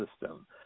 system